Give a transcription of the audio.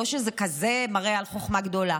לא שזה כזה מראה על חוכמה גדולה.